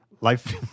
Life